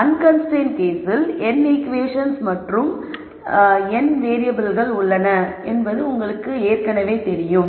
unconstrained கேஸில் n equations மற்றும் n வேறியபிள்கள் உள்ளன என்பது உங்களுக்கு தெளிவாக தெரியும்